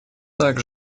так